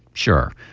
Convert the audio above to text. sure.